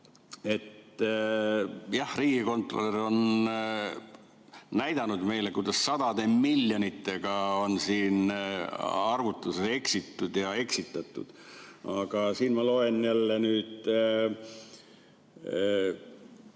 Jah, riigikontrolör on näidanud meile, kuidas sadade miljonitega on siin arvutusel eksitud ja eksitatud. Aga ma loen nüüd,